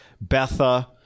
Betha